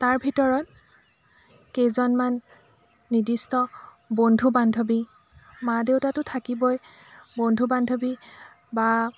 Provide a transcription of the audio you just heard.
তাৰ ভিতৰত কেইজনমান নিৰ্দিষ্ট বন্ধু বান্ধৱী মা দেউতাতো থাকিবই বন্ধু বান্ধৱী বা